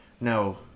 No